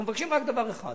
אנחנו מבקשים רק דבר אחד,